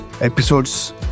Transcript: episodes